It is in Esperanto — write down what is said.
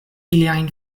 iliajn